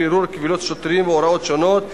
בירור קבילות שוטרים והוראות שונות),